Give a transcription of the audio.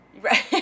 right